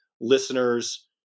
listeners